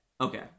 Okay